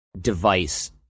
device